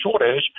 shortage